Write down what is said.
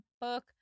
book